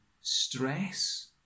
stress